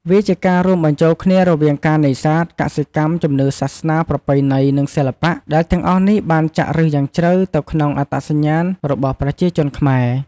វាជាការរួមបញ្ចូលគ្នារវាងការនេសាទ កសិកម្ម ជំនឿសាសនា ប្រពៃណី និងសិល្បៈ ដែលទាំងអស់នេះបានចាក់ឫសយ៉ាងជ្រៅទៅក្នុងអត្តសញ្ញាណរបស់ប្រជាជនខ្មែរ។